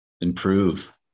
improve